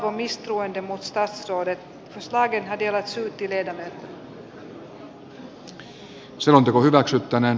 hallitus ei ole kyennyt perustelemaan kuntauudistuslinjansa hyötyjä